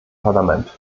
parlament